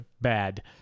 Bad